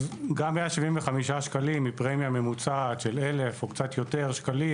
גם 175 שקלים עם פרמיה ממוצעת של אלף או קצת יותר שקלים